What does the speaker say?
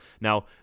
now